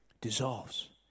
dissolves